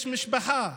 יש משפחה,